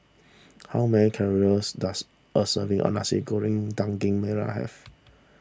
how many calories does a serving of Nasi Goreng Daging Merah have